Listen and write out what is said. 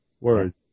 words